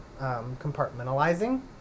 compartmentalizing